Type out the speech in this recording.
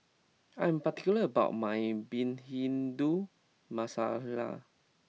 I am particular about my Bhindi Masala